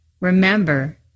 Remember